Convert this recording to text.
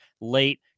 late